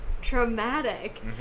traumatic